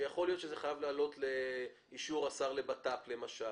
שיכול להיות שזה חייב לעלות לאישור השר לביטחון פנים למשל